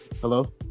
Hello